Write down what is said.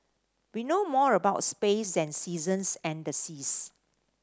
we know more about space than seasons and the seas